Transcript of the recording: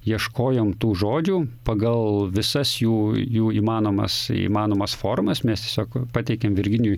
ieškojom tų žodžių pagal visas jų jų įmanomas įmanomas formas mes tiesiog pateikėm virginijui